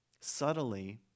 subtly